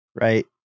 right